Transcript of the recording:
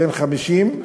בן 50,